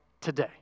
today